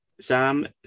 Sam